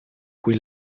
cui